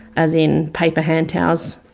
as in paper hand towels.